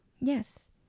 yes